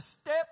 step